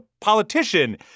politician